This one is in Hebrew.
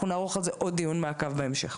אנחנו נערוך על זה עוד דיון מעקב בהמשך.